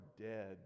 dead